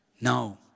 no